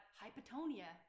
hypotonia